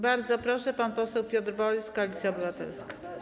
Bardzo proszę, pan poseł Piotr Borys, Koalicja Obywatelska.